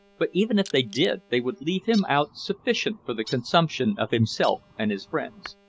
but even if they did, they would leave him out sufficient for the consumption of himself and his friends.